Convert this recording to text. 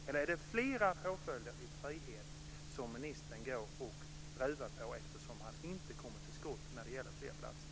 Ruvar ministern på flera påföljder i frihet eftersom han inte kommer till skott när det gäller fler platser?